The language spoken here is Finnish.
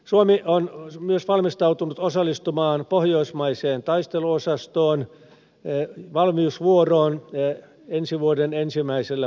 suomi on myös valmistautunut osallistumaan pohjoismaisen taisteluosaston valmiusvuoroon ensi vuoden ensimmäisellä puoliskolla